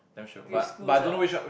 with schools ah